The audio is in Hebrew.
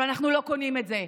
אבל אנחנו לא קונים את זה.